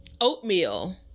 Oatmeal